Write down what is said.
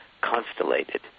constellated